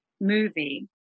movie